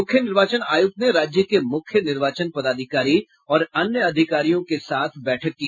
मुख्य निर्वाचन आयुक्त ने राज्य के मुख्य निर्वाचन पदाधिकारी और अन्य अधिकारियों के साथ बैठक की